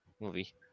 Movie